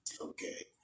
Okay